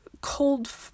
cold